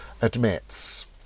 admits